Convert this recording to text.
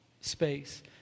space